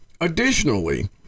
Additionally